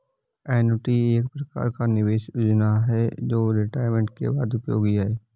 annuity एक प्रकार का निवेश योजना है जो रिटायरमेंट के बाद उपयोगी है